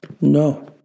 No